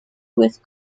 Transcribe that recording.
with